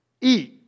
eat